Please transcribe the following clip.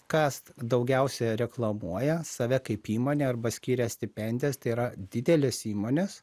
kas daugiausia reklamuoja save kaip įmonę arba skiria stipendijas tai yra didelės įmonės